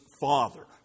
father